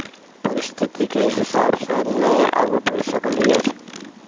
परिस्थितिके हिसाबसँ नहि आगू बढ़ि सकलियै